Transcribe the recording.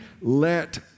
let